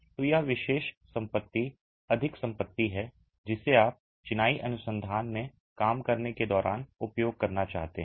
तो यह विशेष संपत्ति अधिक संपत्ति है जिसे आप चिनाई अनुसंधान में काम करने के दौरान उपयोग करना चाहते हैं